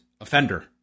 offender